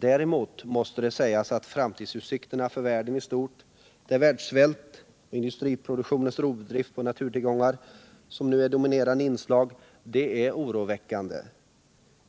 Däremot måste det sägas att framtidsutsikterna för världen i stort, med världssvält och industriproduktionens rovdrift på naturtillgångar som nu dominerande inslag, är oroväckande.